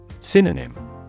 Synonym